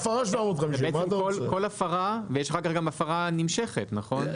בעצם כל הפרה, ויש אחרי זה גם הפרה נמשכת נכון?